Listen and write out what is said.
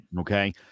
Okay